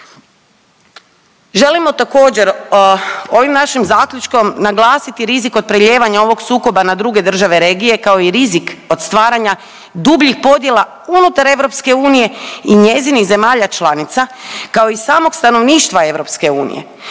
Želimo također ovim našim zaključkom naglasiti rizik od prelijevanja ovog sukoba na druge države regije kao i rizik od stvaranja dubljih podjela unutar EU i njezinih zemalja članica kao i samog stanovništva EU